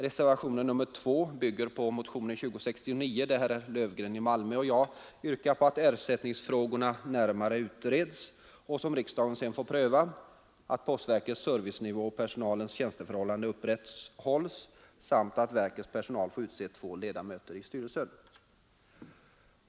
Reservationen 2 bygger på motionen 2069, där herr Löfgren i Malmö och jag yrkar att ersättningsfrågorna närmare utreds för senare prövning av riksdagen, att postverkets servicenivå och personalens tjänsteförhållanden upprätthålls samt att verkets personal får utse två ledamöter i styrelsen.